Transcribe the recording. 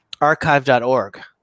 archive.org